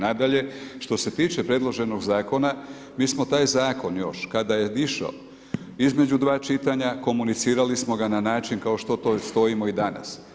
Nadalje, što se tiče predloženog Zakona, mi smo taj Zakon još kada je išao između dva čitanja, komunicirali smo ga na način kao što to stojimo i danas.